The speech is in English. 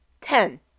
Ten